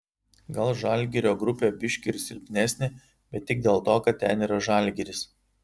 gal žalgirio grupė biški ir silpnesnė bet tik dėl to kad ten yra žalgiris